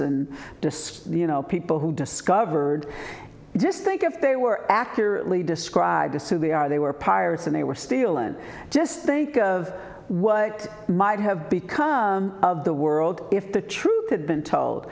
and disk you know people who discovered just think if they were accurately described as who they are they were pirates and they were still and just think of what might have become of the world if the truth had been told